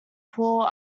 poor